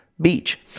beach